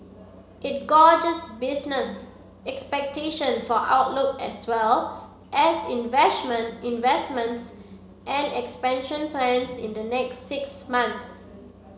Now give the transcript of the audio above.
it gauges business expectation for outlook as well as investment investments and expansion plans in the next six months